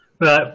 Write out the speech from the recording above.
Right